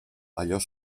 allò